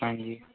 ਹਾਂਜੀ